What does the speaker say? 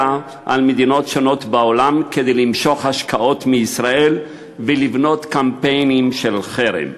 על מדינות שונות בעולם למשוך השקעות מישראל ולבנות קמפיינים של חרם.